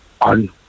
on